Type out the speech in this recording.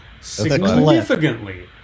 significantly